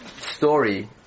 story